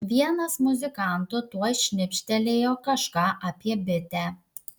vienas muzikantų tuoj šnibžtelėjo kažką apie bitę